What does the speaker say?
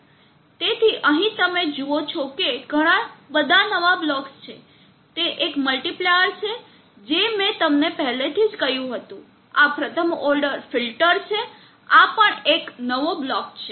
તેથી અહીં તમે જુઓ છો કે ઘણા બધા નવા બ્લોક્સ છે તે એક મલ્ટીપ્લાયર છે જે મેં તમને પહેલેથી જ કહ્યું હતું આ પ્રથમ ઓર્ડર ફિલ્ટર છે આ પણ એક નવો બ્લોક છે